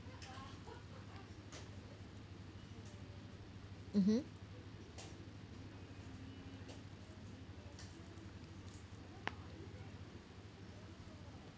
mmhmm